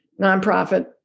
nonprofit